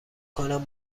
کنم